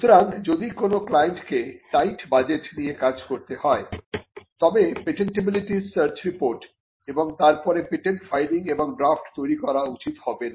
সুতরাং যদি কোন ক্লায়েন্টকে টাইট বাজেট নিয়ে কাজ করতে হয় তবে পেটেন্টিবিলিটি সার্চ রিপোর্ট এবং তার পরে পেটেন্ট ফাইলিং এবং ড্রাফট তৈরি করা উচিত হবে না